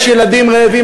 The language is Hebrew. יש עכשיו ילדים רעבים,